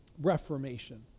Reformation